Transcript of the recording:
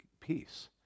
peace